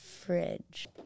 fridge